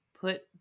put